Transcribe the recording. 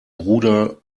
bruder